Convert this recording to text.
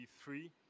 three